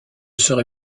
serai